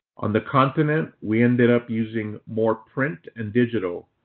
on the continent, we ended up using more print and digital.